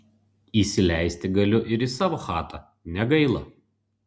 įsileisti galiu ir į savo chatą negaila